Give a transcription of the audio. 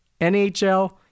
NHL